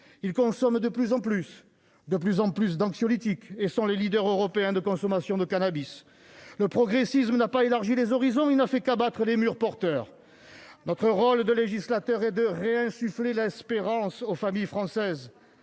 en plus ... de plus en plus d'anxiolytiques et sont les leaders européens de consommation de cannabis. Quel est le rapport ? Le progressisme n'a pas élargi les horizons : il n'a fait qu'abattre des murs porteurs. Notre rôle de législateur est de réinsuffler l'espérance aux familles françaises.